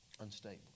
Unstable